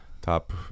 top